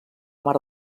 mar